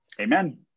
Amen